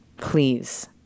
Please